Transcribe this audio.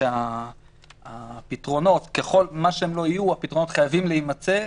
הפתרונות חייבים להימצא.